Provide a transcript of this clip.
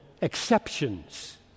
exceptions